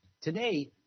Today